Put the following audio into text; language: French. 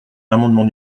l’amendement